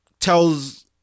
Tells